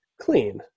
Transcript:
clean